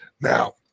Now